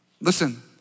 Listen